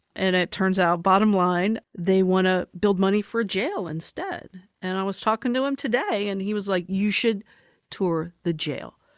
and it turns out, bottom line, they want to build money for a jail instead. and i was talking to him today and he was like, you should tour the jail.